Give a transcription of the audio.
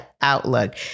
outlook